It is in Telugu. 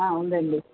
ఉందండి